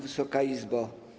Wysoka Izbo!